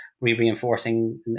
reinforcing